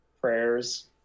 prayers